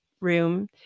room